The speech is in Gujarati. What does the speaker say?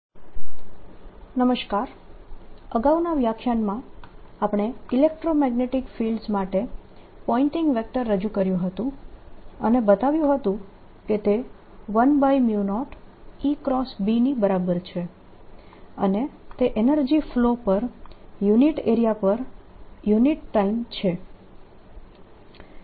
પોઇન્ટીંગ વેક્ટર હલ કરેલા ઉદાહરણો અગાઉના વ્યાખ્યાનમાં આપણે ઇલેક્ટ્રોમેગ્નેટીક ફિલ્ડ્સ માટે પોઈન્ટીંગ વેક્ટર રજૂ કર્યું હતું અને બતાવ્યું હતું કે તે 10 ની બરાબર છે અને તે energy flow per unit area per unit time છે